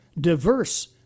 diverse